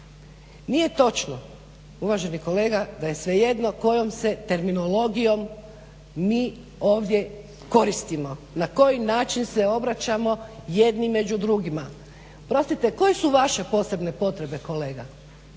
Nije točno uvaženi kolega da je svejedno kojom se terminologijom mi ovdje koristimo, na koji način se obraćamo jedni među drugima. Oprostite koje su vaše posebne potrebe kolega?